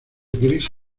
gris